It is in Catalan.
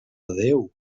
déu